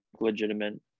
legitimate